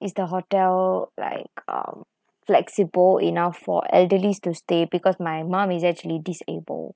is the hotel like um flexible enough for elderly to stay because my mom is actually disabled